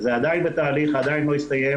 זה עדיין בתהליך, זה עדיין לא הסתיים.